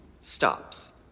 stops